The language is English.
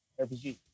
RPG